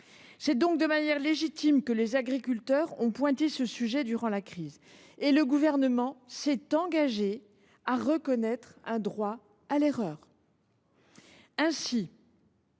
C’est donc de manière légitime que les agriculteurs ont pointé ce sujet durant la crise. Et le Gouvernement s’est engagé à reconnaître un droit à l’erreur. Ainsi,